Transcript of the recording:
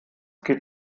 geht